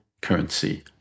currency